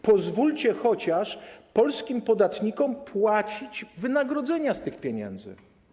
Pozwólcie chociaż polskim podatnikom płacić wynagrodzenia z tych pieniędzy.